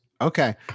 Okay